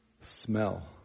Smell